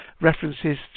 references